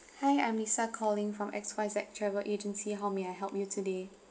hi I'm lisa calling from X Y Z travel agency how may I help you today